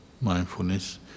mindfulness